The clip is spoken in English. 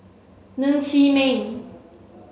Ng Chee Meng